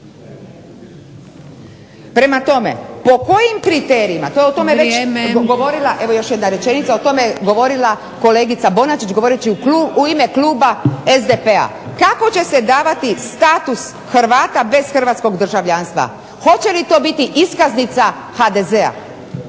Prema tome, po kojim kriterijima to je o tome već govorila ... .../Upadica Antunović: Vrijeme!/... Evo još jedna rečenica. O tome je govorila kolegica Bonačić govoreći u ime kluba SDP-a. Kako će se davati status Hrvata bez hrvatskog državljanstva. Hoće li to biti iskaznica HDZ-a?